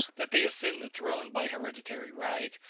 that they ascend the throne by hereditary right,